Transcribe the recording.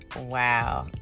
Wow